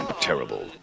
terrible